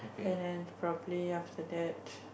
and then probably after that